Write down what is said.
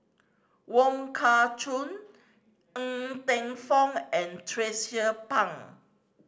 Wong Kah Chun Ng Teng Fong and Tracie Pang